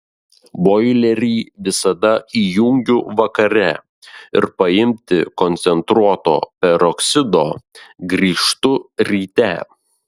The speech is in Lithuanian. boilerį visada įjungiu vakare ir paimti koncentruoto peroksido grįžtu ryte